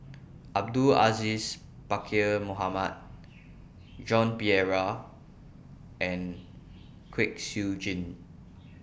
Abdul Aziz Pakkeer Mohamed Joan Pereira and Kwek Siew Jin